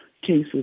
cases